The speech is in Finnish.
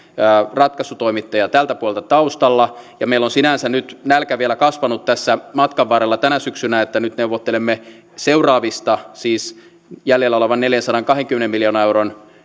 ratkaisutoimittaja tältä puolelta taustalla meillä on sinänsä nyt nälkä vielä kasvanut tässä matkan varrella tänä syksynä niin että nyt neuvottelemme seuraavista siis jäljellä olevan neljänsadankahdenkymmenen miljoonan euron